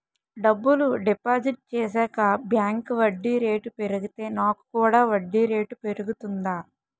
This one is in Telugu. డబ్బులు డిపాజిట్ చేశాక బ్యాంక్ వడ్డీ రేటు పెరిగితే నాకు కూడా వడ్డీ రేటు పెరుగుతుందా?